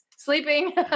sleeping